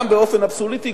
גם באופן אבסולוטי,